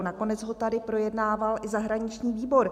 Nakonec ho tady projednával i zahraniční výbor.